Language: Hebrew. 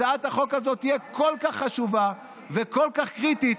הצעת החוק הזאת תהיה כל כך חשובה וכל כך קריטית,